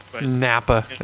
Napa